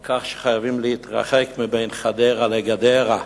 על כך שחייבים להתרחק מבין חדרה לגדרה,